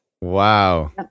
Wow